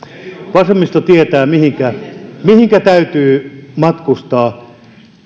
vasemmisto tietää mihinkä mihinkä täytyy matkustaa